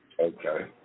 Okay